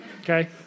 Okay